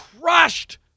crushed